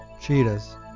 Cheetahs